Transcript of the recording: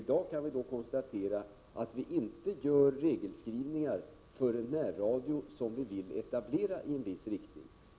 Vi kan konstatera att i dag görs inte regelskrivningar för närradio som vi vill etablera i en viss riktning.